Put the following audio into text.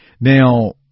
Now